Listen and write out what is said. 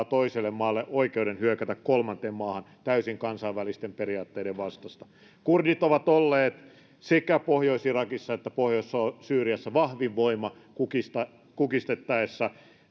toiselle maalle oikeuden hyökätä kolmanteen maahan täysin kansainvälisten periaatteiden vastaista kurdit ovat olleet sekä pohjois irakissa että pohjois syyriassa vahvin voima kukistettaessa kukistettaessa